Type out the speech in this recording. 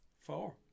Four